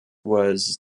was